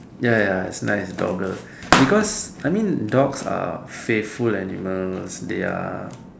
ya ya it's nice dogle because I mean dogs are faithful animals they are